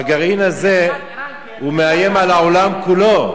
והגרעין הזה מאיים על העולם כולו.